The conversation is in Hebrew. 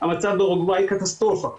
המצב באורוגוואי קטסטרופה.